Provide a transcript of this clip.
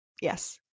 Yes